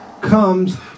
comes